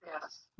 Yes